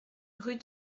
rue